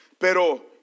Pero